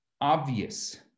obvious